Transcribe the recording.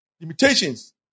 Limitations